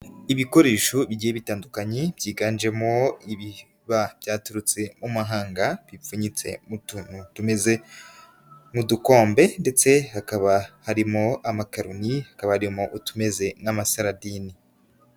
Ibikoresho bigiye bitandukanye, byiganjemo ibiba byaturutse mu mahanga, bipfunyitse mu tuntu tumeze nk'udukombe ndetse hakaba harimo amakaroni, hakaba harimo utumeze nk'amasaradine.